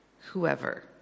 Whoever